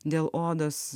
dėl odos